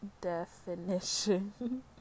definition